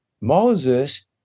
Moses